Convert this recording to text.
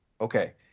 Okay